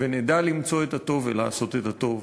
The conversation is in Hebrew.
ונדע למצוא את הטוב ולעשות את הטוב